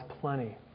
plenty